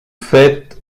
faite